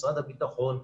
משרד הביטחון,